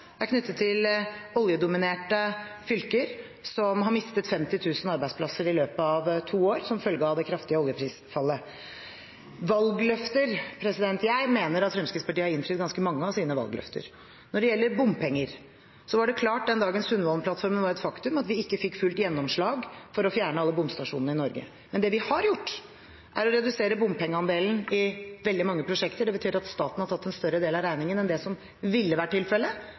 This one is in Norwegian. er knyttet til oljedominerte fylker, som har mistet 50 000 arbeidsplasser i løpet av to år som følge av det kraftige oljeprisfallet. Jeg mener at Fremskrittspartiet har innfridd ganske mange av sine valgløfter. Når det gjelder bompenger, var det den dagen Sundvolden-plattformen var et faktum, klart at vi ikke fikk fullt gjennomslag for å fjerne alle bomstasjonene i Norge. Det vi har gjort, er å redusere bompengeandelen i veldig mange prosjekter. Det betyr at staten har tatt en større del av regningen enn det som ville vært tilfellet,